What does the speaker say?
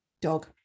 Dog